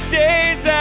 days